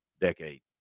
decade